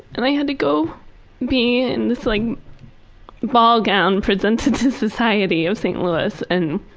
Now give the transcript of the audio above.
and i had to go be in this like ball gown presented to society of st. louis and